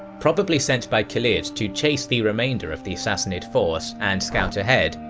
probably sent by khalid to chase the remainder of the sassanid force and scout ahead,